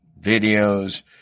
videos